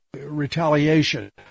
retaliation